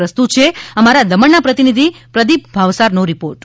પ્રસ્તુત છે અમારા દમણ ના પ્રતિનિધિ પ્રદીપ ભાવસાર નો રિપોર્ટ